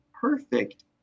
perfect